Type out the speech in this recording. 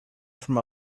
from